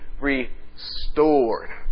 restored